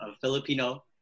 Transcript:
Filipino